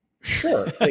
Sure